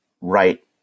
right